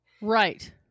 Right